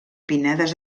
pinedes